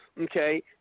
okay